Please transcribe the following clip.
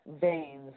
veins